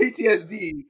PTSD